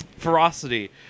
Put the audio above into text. ferocity